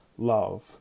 love